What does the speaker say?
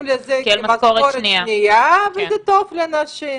לזה כאל משכורת שנייה וזה טוב לנשים.